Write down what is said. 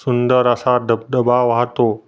सुंदर असा धबधबा वाहतो